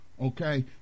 okay